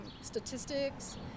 statistics